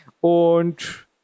Und